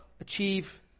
achieve